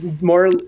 more